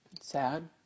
sad